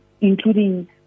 including